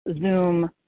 Zoom